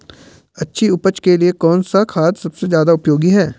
अच्छी उपज के लिए कौन सा खाद सबसे ज़्यादा उपयोगी है?